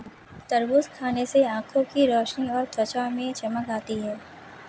तरबूज खाने से आंखों की रोशनी और त्वचा में चमक आती है